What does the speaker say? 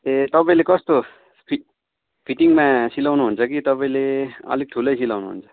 ए तपाईँले कस्तो फि फिटिङमा सिलाउनु हुन्छ कि तपाईँले अलिक ठुलै सिलाउनु हुन्छ